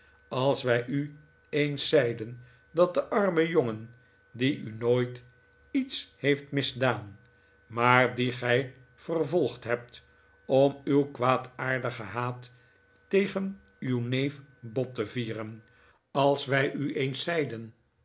als wij u eens zeiden dat de arme jongen die u nooit iets heeft misdaan maar dien gij vervolgd hebt om uw kwaadaardigen haat tegen uw neef bot te vieren als wij u eens zeiden